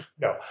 No